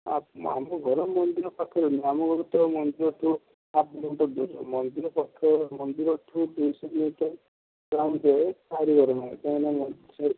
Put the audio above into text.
ଆମ ଘର ମନ୍ଦିର ପାଖରେ ନୁହଁ ଆମ ଘର ତ ମନ୍ଦିରଠୁ ହାଫ୍ କିଲୋମିଟର୍ ଦୂରରେ ମନ୍ଦିର ପାଖ ମନ୍ଦିରଠୁ ଦୁଇଶହ କିଲୋମିଟର୍ କାହିଁକି ନା ଅଛି ତ